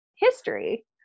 history